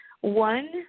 one